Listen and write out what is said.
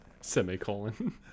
semicolon